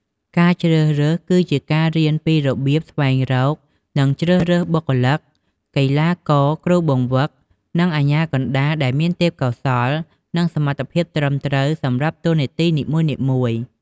ការជ្រើសរើសគឺជាការរៀនពីរបៀបស្វែងរក និងជ្រើសរើសបុគ្គលិក កីឡាករ គ្រូបង្វឹក និងអាជ្ញាកណ្តាលដែលមានទេពកោសល្យ និងសមត្ថភាពត្រឹមត្រូវសម្រាប់តួនាទីនីមួយៗ។